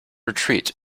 retreat